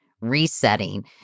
resetting